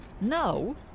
No